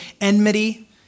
enmity